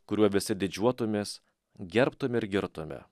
kuriuo visi didžiuotumės gerbtum ir girtume